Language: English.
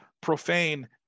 Profane